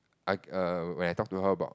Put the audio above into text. ugh err when I talk to her about